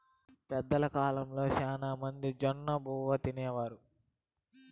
పెద్దల కాలంలో శ్యానా మంది జొన్నబువ్వ తినేవారు